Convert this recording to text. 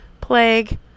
plague